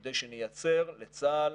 כדי שנייצר לצה"ל